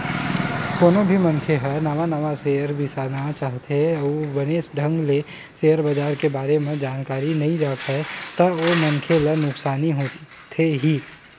कोनो भी मनखे ह नवा नवा सेयर बिसाना चाहथे अउ बने ढंग ले सेयर बजार के बारे म जानकारी नइ राखय ता ओ मनखे ला नुकसानी होथे ही